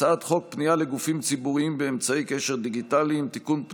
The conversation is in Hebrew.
הצעת חוק פנייה לגופים ציבוריים באמצעי קשר דיגיטליים (תיקון,